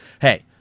hey